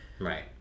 Right